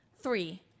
Three